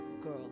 girl